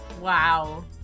Wow